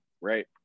right